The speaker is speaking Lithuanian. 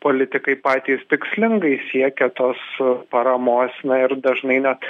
politikai patys tikslingai siekia tos paramos na ir dažnai net